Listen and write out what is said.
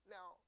Now